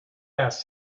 ass